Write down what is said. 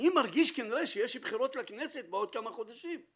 אני מרגיש כנראה שיש בחירות לכנסת בעוד כמה חודשים,